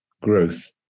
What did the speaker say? growth